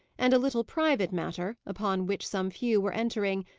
and a little private matter, upon which some few were entering,